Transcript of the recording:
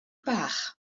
bach